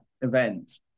event